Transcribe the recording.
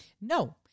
No